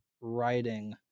writing